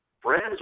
friends